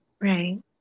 right